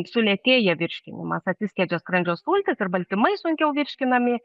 sulėtėja virškinimas atsiskiedžia skrandžio sultys ir baltymai sunkiau virškinami